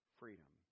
freedom